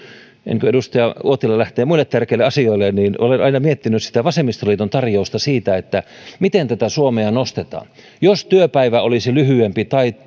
ennen kuin edustaja uotila lähtee muille tärkeille asioilleen sanon että olen aina miettinyt vasemmistoliiton tarjousta siitä miten tätä suomea nostetaan jos työpäivä olisi lyhyempi tai